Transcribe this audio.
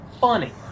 funny